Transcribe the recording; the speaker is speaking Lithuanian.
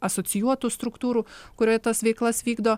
asocijuotų struktūrų kurioj tas veiklas vykdo